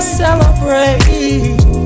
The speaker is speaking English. celebrate